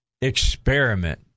experiment